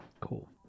Cool